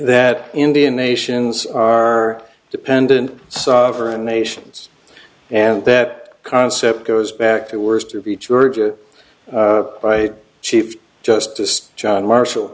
that indian nations are dependent sovereign nations and that concept goes back to the worst of each merger by chief justice john marshall